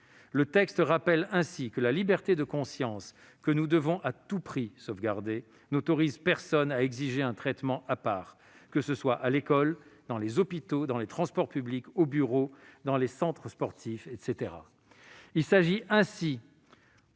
Le texte rappelle ainsi que la liberté de conscience, que nous devons à tout prix sauvegarder, n'autorise personne à exiger un traitement à part, que ce soit à l'école, dans les hôpitaux, dans les transports publics, au bureau, dans les centres sportifs, etc.